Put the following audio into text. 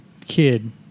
kid